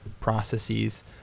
processes